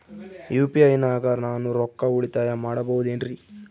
UPI ನಾಗ ನಾನು ರೊಕ್ಕ ಉಳಿತಾಯ ಮಾಡಬಹುದೇನ್ರಿ?